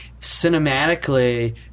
cinematically